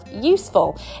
useful